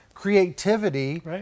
creativity